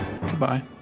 Goodbye